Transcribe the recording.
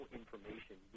information